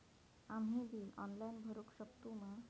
आम्ही bill online भरुक शकतू मा?